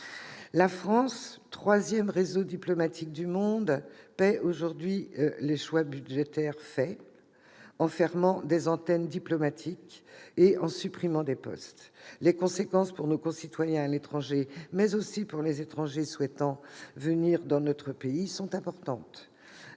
La France, troisième réseau diplomatique du monde, paie aujourd'hui les choix budgétaires faits en fermant des antennes diplomatiques et en supprimant des postes. Les conséquences pour nos concitoyens à l'étranger mais aussi pour les étrangers souhaitant venir dans notre pays sont importantes.